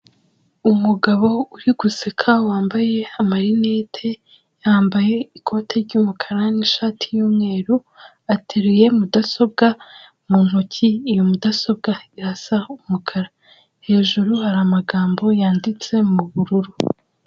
Umugabo uri guseka wambaye amarinete, yambaye ikote ry'umukara n'ishati y'umweru, ateruye mudasobwa mu ntoki, iyo mudasobwa irasa umukara, hejuru hari amagambo yanditse mu bururu.